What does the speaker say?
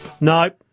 Nope